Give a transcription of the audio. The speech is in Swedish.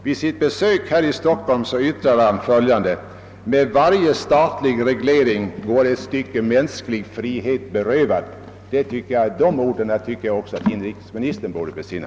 Vid sitt besök här i Stockholm yttrade han. »Med varje statlig reglering går ett stycke mänsklig frihet förlorad.« De orden tycker jag att också inrikesministern borde besinna.